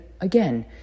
again